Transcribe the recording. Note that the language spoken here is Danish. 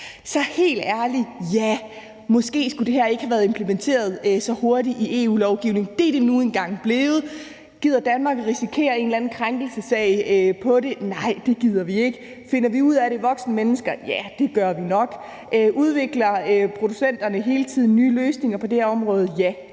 Så helt ærligt, ja, måske skulle det her ikke have været implementeret så hurtigt i EU-lovgivningen. Det er det nu engang blevet. Gider Danmark risikere en eller anden krænkelsessag på det? Nej, det gider vi ikke. Finder vi som voksne mennesker ud af det? Ja, det gør vi nok. Udvikler producenterne hele tiden nye løsninger på det her område? Ja,